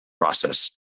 process